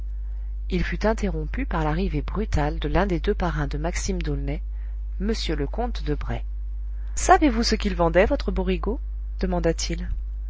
il fut interrompu par l'arrivée brutale de l'un des deux parrains de maxime d'aulnay m le comte de bray savez-vous ce qu'il vendait votre borigo demanda-t-il